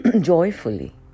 joyfully